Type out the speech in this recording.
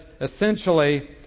essentially